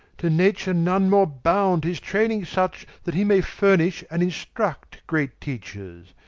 to nature none more bound his trayning such, that he may furnish and instruct great teachers,